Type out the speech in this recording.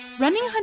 Running